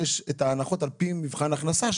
שיש את ההנחות על פי מבחן הכנסה,